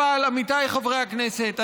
עמיתיי חברי הכנסת,